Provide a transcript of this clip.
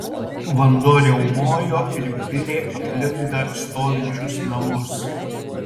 vanduo riaumojo ir virė aplink dar stovinčius namus